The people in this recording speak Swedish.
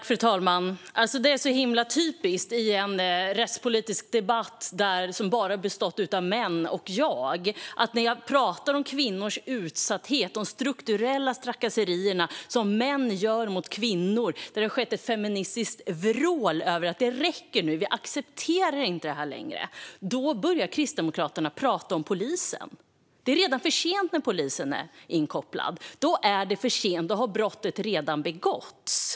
Fru talman! Det är så himla typiskt. I en rättspolitisk debatt, där bara män och jag har deltagit, talar jag om kvinnors utsatthet och de strukturella trakasserier som män utsätter kvinnor för - det har skett ett feministiskt vrål som säger att det räcker nu; vi accepterar inte det här längre. Då börjar Kristdemokraterna tala om polisen. Det är för sent när polisen blir inkopplad. Då har brottet redan begåtts.